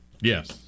Yes